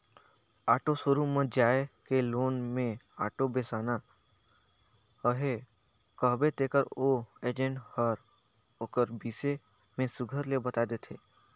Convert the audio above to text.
auto showroom म जाए के लोन में आॅटो बेसाना अहे कहबे तेकर ओ एजेंट हर ओकर बिसे में सुग्घर ले बताए देथे